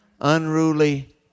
unruly